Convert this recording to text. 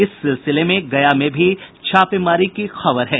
इस सिलसिले में गया में भी छापेमारी की खबर है